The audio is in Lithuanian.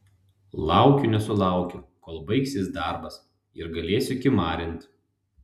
laukiu nesulaukiu kol baigsis darbas ir galėsiu kimarint